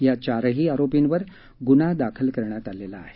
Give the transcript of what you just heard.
या चारही आरोपींवर गुन्हा दाखल करण्यात आला आहे